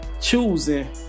choosing